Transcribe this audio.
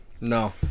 No